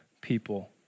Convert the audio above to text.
people